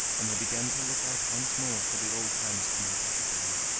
and they began to look out once more for the old times coming back again.